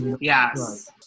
yes